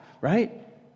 right